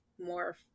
more